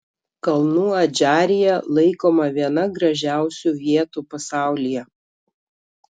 kalnų adžarija laikoma viena gražiausių vietų pasaulyje